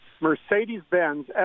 Mercedes-Benz